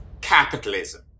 capitalism